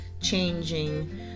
changing